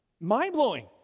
Mind-blowing